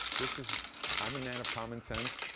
this is i'm a man of common sense,